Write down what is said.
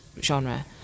genre